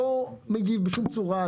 לא מגיב בשום צורה,